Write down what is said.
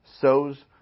sows